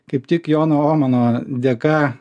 kaip tik jono omano dėka